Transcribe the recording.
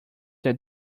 that